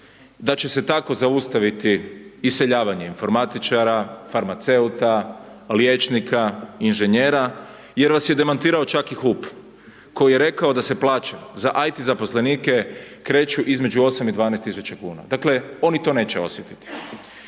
Da će se tako zaustaviti iseljavanje informatičara, farmaceuta, liječnika, inženjera jer vas je demantirao čak i HUP, koji je rekao da se plaće za AT zaposlenike kreću između 8 i 12.000 kuna, dakle oni to neće osjetiti.